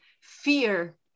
Fear